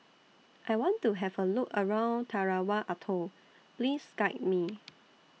I want to Have A Look around Tarawa Atoll Please Guide Me